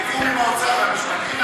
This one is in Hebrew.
בתיאום עם האוצר והמשפטים,